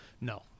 No